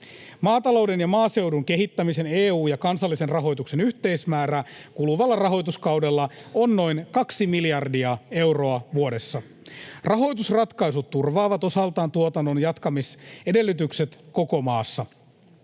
Maatalouden ja maaseudun kehittämisen EU- ja kansallisen rahoituksen yhteismäärä kuluvalla rahoituskaudella on noin kaksi miljardia euroa vuodessa. Rahoitusratkaisut turvaavat osaltaan tuotannon jatkamisedellytykset koko maassa.